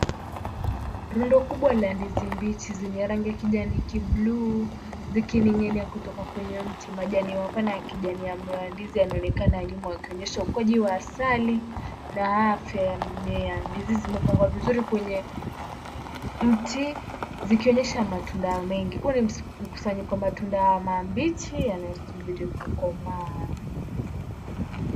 Rundo kubwa la ndizi mbichi zenye rangi ya kijani kibluu zikining'inia kutoka kwenye mti. Majani mapana ya kijani ya mmea wa ndizi yanaonekana nyuma yakionyesha ukuaji wa asali na afya ya mimea. Ndizi zimepangwa vizuri kwenye mti zikionyesha matunda mengi. Huu ni mkusanyiko wa matunda mabichi yanayosubiri kukomaa.